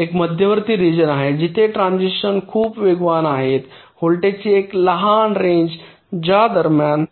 एक मध्यवर्ती रिजन आहे जेथे ट्रान्सिशन्स खूप वेगवान आहेत व्होल्टेजची एक लहान रेंज ज्या दरम्यान